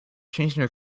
changing